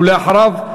ואחריו,